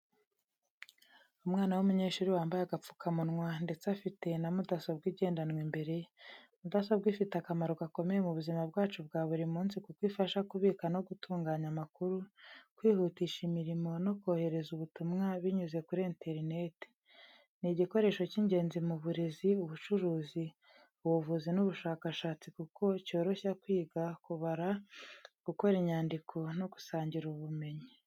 Umwana w'umunyeshuri wambaye agapfukamunwa ndetse afite na mudasobwa igendanwa imbere ye. Mudasobwa ifite akamaro gakomeye mu buzima bwacu bwa buri munsi kuko ifasha kubika no gutunganya amakuru, kwihutisha imirimo no korohereza ubutumwa binyuze kuri interineti. Ni igikoresho cy’ingenzi mu burezi, ubucuruzi, ubuvuzi n’ubushakashatsi kuko cyoroshya kwiga, kubara, gukora inyandiko no gusangira ubumenyi.